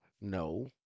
No